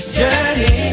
Journey